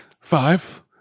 Five